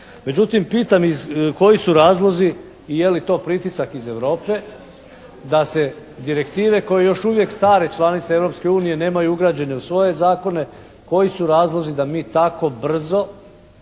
Međutim pitam iz, koji su razlozi i je li to pritisak iz Europe da se direktive koje još uvijek stare članice Europske unije nemaju ugrađene u svoje zakone, koji su razlozi da mi tako brzo